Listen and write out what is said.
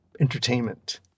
entertainment